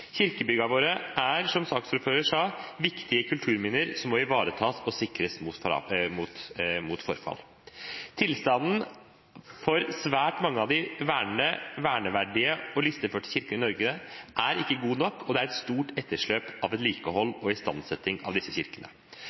Kirkebyggene våre er, som saksordføreren sa, viktige kulturminner som må ivaretas og sikres mot forfall. Tilstanden for svært mange av de verneverdige og listeførte kirkene i Norge er ikke god nok, og det er et stort etterslep av vedlikehold og istandsetting av disse kirkene.